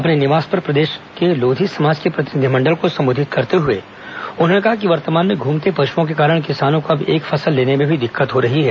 अपने निवास पर प्रदेश लोधी समाज के प्रतिनिधिमंडल को संबोधित करते हुए उन्होंने कहा कि वर्तमान में घूमते पशुओं के कारण किसानों को अब एक फसल लेने में भी दिक्कत हो रही है